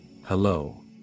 Hello